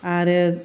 आरो